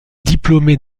diplômé